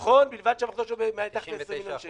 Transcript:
נכון, בלבד שהמחזור שלו מתחת ל-20 מיליון.